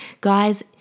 Guys